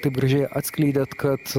taip gražiai atskleidėt kad